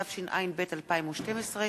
התשע"ב 2012,